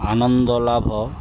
ଆନନ୍ଦ ଲାଭ